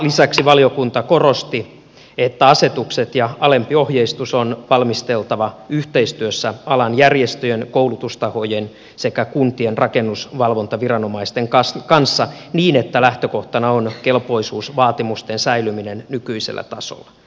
lisäksi valiokunta korosti että asetukset ja alempi ohjeistus on valmisteltava yhteistyössä alan järjestöjen koulutustahojen sekä kuntien rakennusvalvontaviranomaisten kanssa niin että lähtökohtana on kelpoisuusvaatimusten säilyminen nykyisellä tasolla